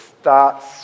starts